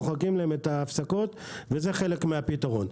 מוחקים להם את ההפסקות וזה חלק מהפתרון.